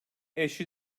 eşi